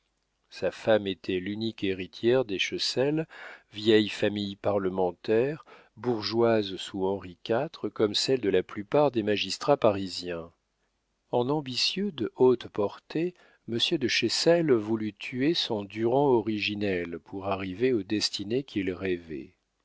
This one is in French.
sa femme était l'unique héritière des chessel vieille famille parlementaire bourgeoise sous henri iv comme celle de la plupart des magistrats parisiens en ambitieux de haute portée monsieur de chessel voulut tuer son durand originel pour arriver aux destinées qu'il rêvait